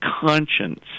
conscience